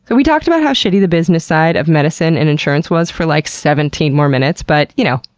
but we talked about how shitty the business side of medicine and insurance was for like seventeen more minutes, but you know,